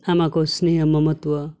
आमाको स्नेह ममत्व